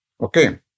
Okay